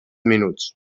minuts